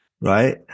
Right